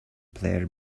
player